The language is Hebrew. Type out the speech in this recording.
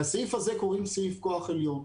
לסעיף הזה קוראים סעיף כוח עליון.